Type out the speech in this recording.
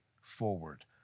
forward